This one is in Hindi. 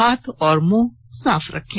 हाथ और मुंह साफ रखें